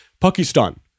Pakistan